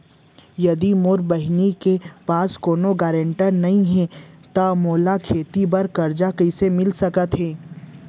यदि मोर बहिनी के पास कोनो गरेंटेटर नई हे त ओला खेती बर कर्जा कईसे मिल सकत हे?